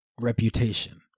reputation